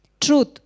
truth